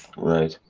right.